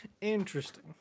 Interesting